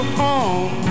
home